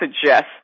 suggest